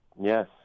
Yes